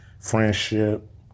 friendship